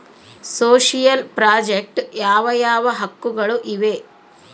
Social project ಯಾವ ಯಾವ ಹಕ್ಕುಗಳು ಇವೆ?